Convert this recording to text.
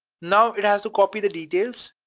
now it has to copy the details,